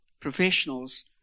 professionals